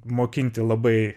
mokinti labai